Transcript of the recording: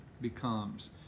becomes